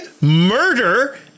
murder